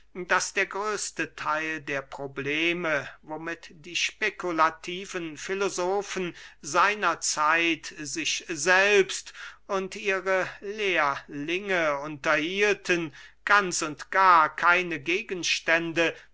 daß der größte theil der probleme womit die spekulativen filosofen seiner zeit sich selbst und ihre lehrlinge unterhielten ganz und gar keine gegenstände